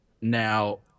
Now